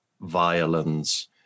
violence